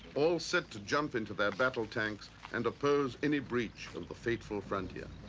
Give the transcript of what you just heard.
all set to jump into their battle tanks and oppose any breach of the fateful frontier.